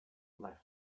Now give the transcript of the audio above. left